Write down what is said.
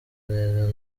neza